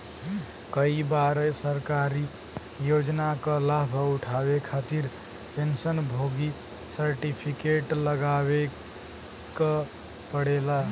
कई बार सरकारी योजना क लाभ उठावे खातिर पेंशन भोगी सर्टिफिकेट लगावे क पड़ेला